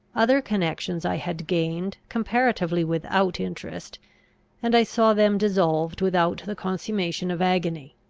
other connections i had gained, comparatively without interest and i saw them dissolved without the consummation of agony.